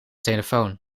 telefoon